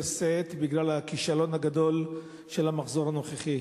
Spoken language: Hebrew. שאת בגלל הכישלון הגדול של המחזור הנוכחי.